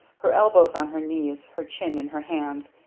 her elbows on her knees, her chin in her hands,